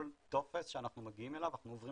כל טופס שאנחנו מגיעים אליו אנחנו עוברים